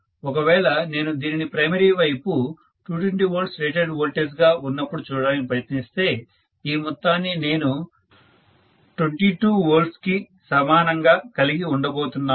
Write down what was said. ఒకవేళ నేను దీనిని ప్రైమరీ వైపు 220 V రేటెడ్ వోల్టేజ్ గా ఉన్నప్పుడు చూడడానికి ప్రయత్నిస్తే ఈ మొత్తాన్ని నేను 22Vకి సమానంగా కలిగి ఉండబోతున్నాను